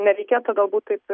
nereikėtų galbūt taip